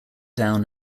down